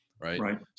Right